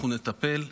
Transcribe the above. אנחנו נטפל,